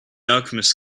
alchemist